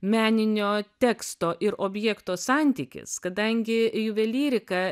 meninio teksto ir objekto santykis kadangi juvelyrika